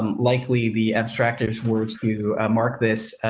um likely the abstractive words to mark this,